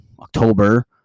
October